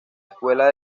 escuela